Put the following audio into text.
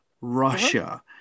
Russia